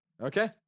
Okay